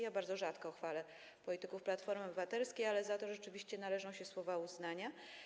Ja bardzo rzadko chwalę polityków Platformy Obywatelskiej, ale za to rzeczywiście należą się słowa uznania.